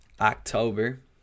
October